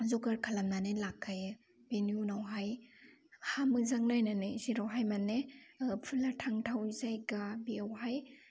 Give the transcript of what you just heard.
जगार खालामनानै लाखायो बेनि उनावहाय हा मोजां नायनानै जेरावहाय माने फुला थांथाव जायगा बेयावहाय